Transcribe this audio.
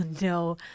no